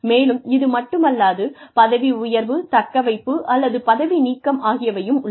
மேலும் இதுமட்டுமல்லாது பதவி உயர்வு தக்கவைப்பு அல்லது பதவி நீக்கம் ஆகியவையும் உள்ளன